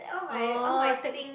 orh take